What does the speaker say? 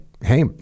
hey